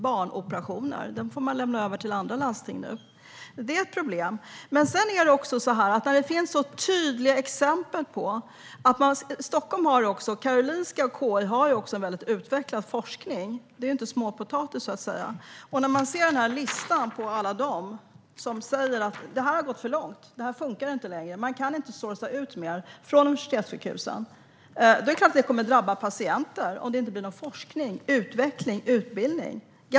Barnoperationer får man lämna över till andra landsting nu. Det är ett problem. Karolinska sjukhuset och KI har också väldigt utvecklad forskning. Det är inte småpotatis. Vi ser listan på alla som säger att det här har gått för långt, att det här inte funkar längre, att man inte kan "sourca ut" mer från universitetssjukhusen. Det är klart att det kommer att drabba patienter ganska mycket om det inte blir någon forskning, utveckling eller utbildning.